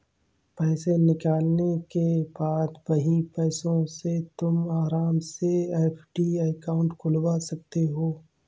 पैसे निकालने के बाद वही पैसों से तुम आराम से एफ.डी अकाउंट खुलवा सकते हो